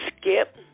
Skip